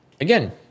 again